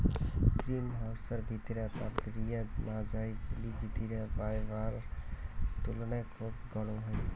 green হাউসর ভিতিরা তাপ বিরিয়া না যাই বুলি ভিতিরা বায়রার তুলুনায় খুব গরম হই